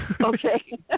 Okay